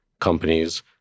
companies